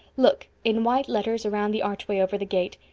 look in white letters, around the archway over the gate.